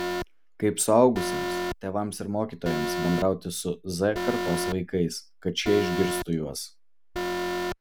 kaip suaugusiems tėvams ir mokytojams bendrauti su z kartos vaikais kad šie išgirstų juos